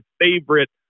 favorite